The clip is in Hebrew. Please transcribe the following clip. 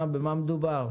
במה מדובר?